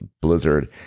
blizzard